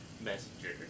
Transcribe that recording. messenger